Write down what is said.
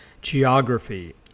geography